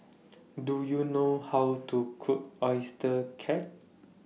Do YOU know How to Cook Oyster Cake